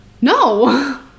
no